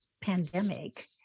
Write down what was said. pandemic